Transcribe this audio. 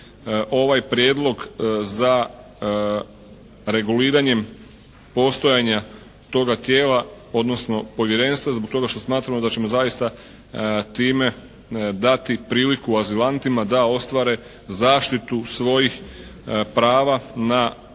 ovaj Prijedlog za reguliranjem postojanja toga tijela, odnosno povjerenstva zbog toga što smatramo da ćemo zaista time dati priliku azilantima da ostvare zaštitu svojih prava na